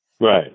Right